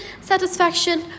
satisfaction